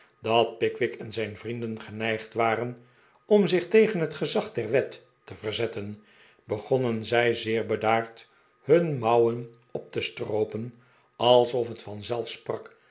dat pickwick en zijn vrienden geneigd waren om zich tegen het gezag der wet te verzetten begonnen zij zeer bedaard hun mouwen op te stroopen alsof het